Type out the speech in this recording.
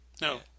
No